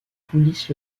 coulisse